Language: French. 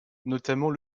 notamment